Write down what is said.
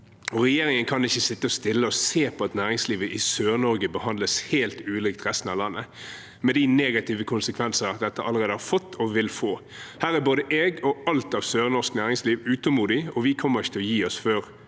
Regjeringen kan ikke sitte stille og se på at næringslivet i Sør-Norge behandles helt ulikt resten av landet, med de negative konsekvensene dette allerede har fått, og vil få. Her er både jeg og alt av sørnorsk næringsliv utålmodig, og vi kommer ikke til å gi oss før